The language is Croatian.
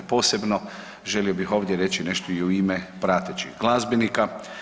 Posebno želio bih ovdje reći nešto i u ime pratećih glazbenika.